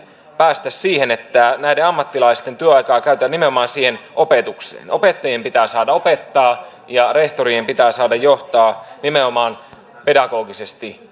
päästä siihen että näiden ammattilaisten työaikaa käytetään nimenomaan siihen opetukseen opettajien pitää saada opettaa ja rehtorien pitää saada johtaa nimenomaan pedagogisesti